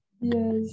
yes